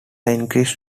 increased